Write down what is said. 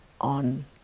on